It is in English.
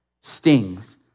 stings